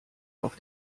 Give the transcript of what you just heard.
auf